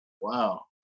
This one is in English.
Wow